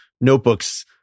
notebooks